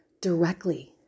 directly